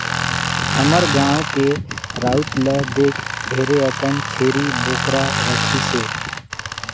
हमर गाँव के राउत ल देख ढेरे अकन छेरी बोकरा राखिसे